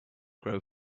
grow